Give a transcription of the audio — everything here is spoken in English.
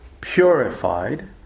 purified